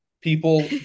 People